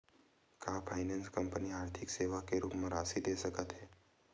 का finance company आर्थिक सेवा के रूप म राशि दे सकत हे?